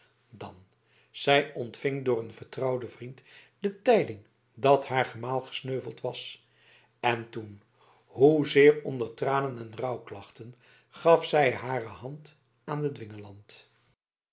dan zij ontving door een vertrouwden vriend de tijding dat haar gemaal gesneuveld was en toen hoezeer onder tranen en rouwklachten gaf zij hare hand aan den